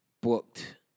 booked